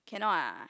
cannot ah